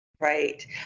right